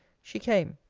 she came.